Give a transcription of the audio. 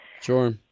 Sure